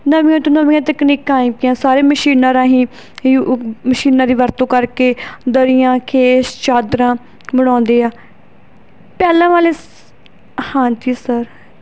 ਨਵੀਆਂ ਤੋਂ ਨਵੀਆਂ ਤਕਨੀਕਾਂ ਆਈਆਂ ਹੋਈਆਂ ਸਾਰੀ ਮਸ਼ੀਨਾਂ ਰਾਹੀਂ ਮਸ਼ੀਨਾਂ ਦੀ ਵਰਤੋਂ ਕਰਕੇ ਦਰੀਆਂ ਖੇਸ ਚਾਦਰਾਂ ਬਣਾਉਂਦੇ ਆ ਪਹਿਲਾਂ ਵਾਲੇ ਸ ਹਾਂਜੀ ਸਰ